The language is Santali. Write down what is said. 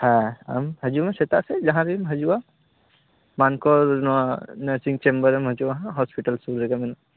ᱦᱟᱸ ᱟᱢ ᱦᱟ ᱡᱩᱜ ᱢᱮ ᱥᱮᱛᱟᱜ ᱥᱮᱫ ᱡᱟᱦᱟᱸ ᱛᱤᱱᱨᱮᱢ ᱦᱤᱡᱩᱜ ᱟ ᱢᱟᱱᱠᱚᱨ ᱱᱚᱣᱟ ᱱᱟᱨᱥᱤᱝ ᱪᱮᱢᱵᱟᱨ ᱨᱮᱢ ᱦᱤᱡᱩᱜ ᱟ ᱦᱟᱸᱜ ᱦᱚᱥᱯᱤᱴᱟᱞ ᱥᱩᱨ ᱨᱮᱜᱮ ᱢᱮᱱᱟᱜ ᱟ